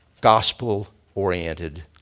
gospel-oriented